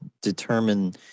determine